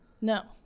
No